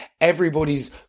everybody's